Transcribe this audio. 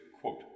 quote